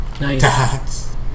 Nice